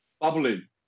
Bubbling